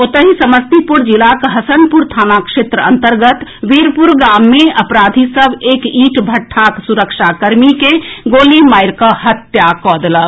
ओतहि समस्तीपुर जिलाक हसनपुर थाना क्षेत्र अन्तर्गत वीरपुर गाम मे अपराधी सभ एक ईंट भट्ठाक सुरक्षाकर्मी के गोली मारिकऽ हत्या कऽ देलक